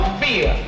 fear